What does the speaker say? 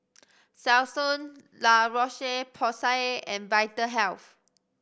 Selsun La Roche Porsay and Vitahealth